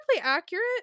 accurate